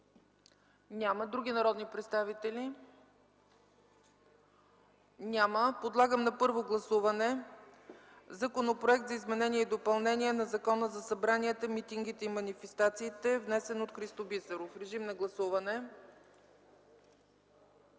Има ли други народни представители? Няма. Подлагам на първо гласуване Законопроект за изменение и допълнение на Закона за събранията, митингите и манифестациите, внесен от Христо Бисеров. Моля, гласувайте.